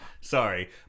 sorry